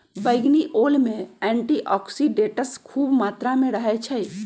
बइगनी ओल में एंटीऑक्सीडेंट्स ख़ुब मत्रा में रहै छइ